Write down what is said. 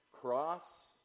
cross